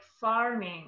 farming